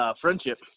friendship